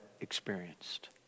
experienced